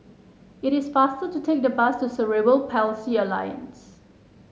it is faster to take the bus to Cerebral Palsy Alliance